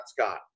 Scott